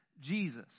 Jesus